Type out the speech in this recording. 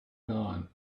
gone